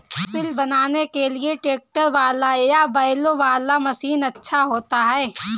सिल बनाने के लिए ट्रैक्टर वाला या बैलों वाला मशीन अच्छा होता है?